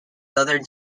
southern